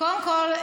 קודם כול,